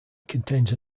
contains